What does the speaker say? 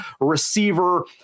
receiver